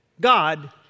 God